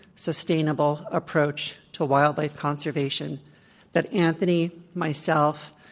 sustainable approach to wildlife conservation that anthony, myself,